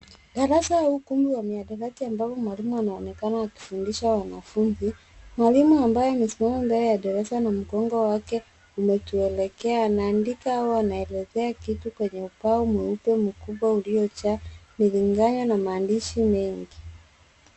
Darasa huu ni ukumbi wa mihadaratii ambao mwalimu anaonekana akifudnisha wanafunzi. Mwalimu ambaye amesimama mbele ya darasa na mgongo wake umetuelekea anaandika au anaelezea kitu kwenye ubao mweupe mkubwa uliojaa milingany na maandishi mengi.